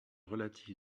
relatif